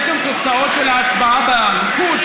יש גם תוצאות של ההצבעה בליכוד,